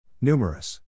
Numerous